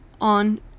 on